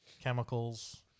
chemicals